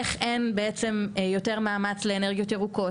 איך אין בעצם יותר מאמץ לאנרגיות ירוקות